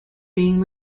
being